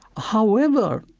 however,